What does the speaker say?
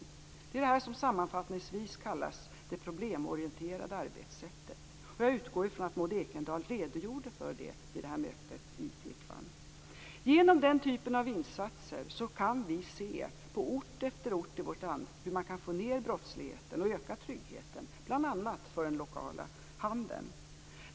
Det är det som sammanfattningsvis kallas för det problemorienterade arbetssättet. Jag utgår från att Maud Ekendahl redogjorde för det vid mötet i Klippan. Med hjälp av den typen av insatser kan vi se att på ort efter ort i vårt land brottsligheten sänks och tryggheten ökas bl.a. för den lokala handeln.